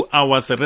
Hours